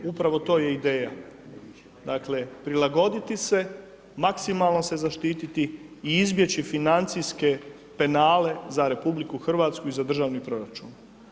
Upravo to je ideja, dakle prilagoditi se maksimalno se zaštititi i izbjeći financijske penale za RH i za državni proračun.